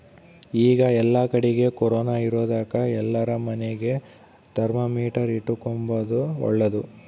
ಈಗ ಏಲ್ಲಕಡಿಗೆ ಕೊರೊನ ಇರೊದಕ ಎಲ್ಲಾರ ಮನೆಗ ಥರ್ಮಾಮೀಟರ್ ಇಟ್ಟುಕೊಂಬದು ಓಳ್ಳದು